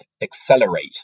accelerate